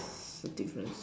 the difference